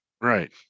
right